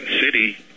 city